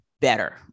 better